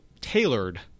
tailored